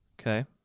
Okay